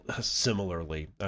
similarly